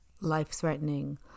life-threatening